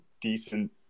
decent